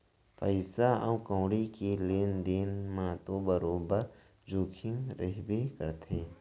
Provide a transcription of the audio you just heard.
पइसा कउड़ी के लेन देन म तो बरोबर जोखिम रइबे करथे